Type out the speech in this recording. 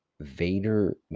Vader